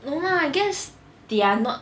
no lah I guess they are not